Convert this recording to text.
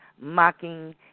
mocking